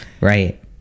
Right